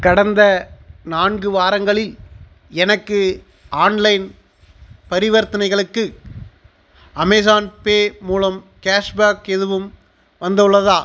கடந்த நான்கு வாரங்களில் எனக்கு ஆன்லைன் பரிவர்த்தனைகளுக்கு அமேஸான்பே மூலம் கேஷ்பேக் எதுவும் வந்துள்ளதா